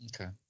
Okay